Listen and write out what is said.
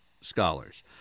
scholars